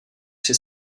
při